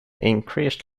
increased